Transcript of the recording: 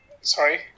Sorry